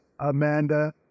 Amanda